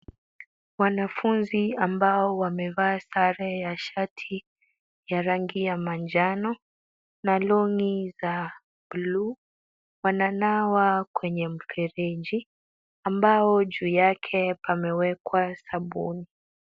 Wanafunzi ambao wamevaa sare ya shati ya rangi ya manjano, na long'i za blue , wananawa kwenye mfereji, ambao juu yake pamewekwa sabuni.